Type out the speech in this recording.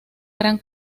gran